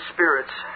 Spirit's